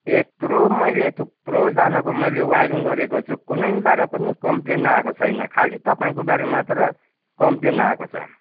यत्रो मैले थुप्रोजनाको मैले वाइरिङ गरेको छु कुनैबाट पनि कम्प्लेन आएको छैन खालि तपाईँकोबाट मात्र कम्प्लेन आएको छ